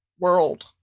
world